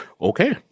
Okay